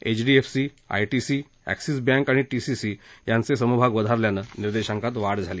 HDFC ITC Axis bank आणि टीसीसी यांचे समभाग वधारल्यानं निर्देशांकात वाढ झाली